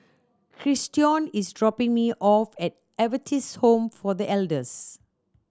Christion is dropping me off at Adventist Home for The Elders